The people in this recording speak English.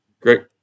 Great